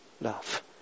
love